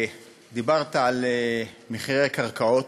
דיברת על מחירי הקרקעות.